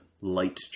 light